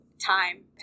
time